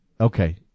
Okay